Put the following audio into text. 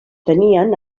tenien